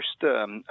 first